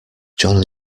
john